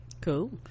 Cool